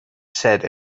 said